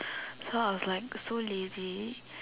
so I was like so lazy